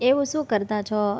એવું શું કરતા છો